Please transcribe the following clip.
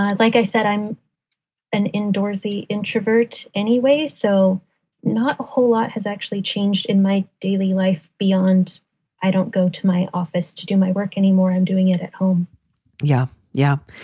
like i said, i'm an indoorsy introvert anyway. so not a whole lot has actually changed in my daily life beyond i don't go to my office to do my work anymore. i'm doing it at home yeah. yeah.